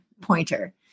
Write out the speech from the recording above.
pointer